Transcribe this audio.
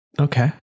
Okay